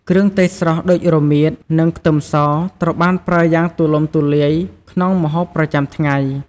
គ្រឿងទេសស្រស់ដូចរមៀត និងខ្ទឹមសត្រូវបានប្រើយ៉ាងទូលំទូលាយក្នុងម្ហូបប្រចាំថ្ងៃ។